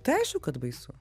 tai aišku kad baisu